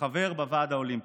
וחבר בוועד האולימפי.